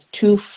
two